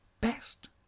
best